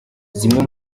zimwe